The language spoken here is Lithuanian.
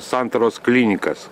santaros klinikas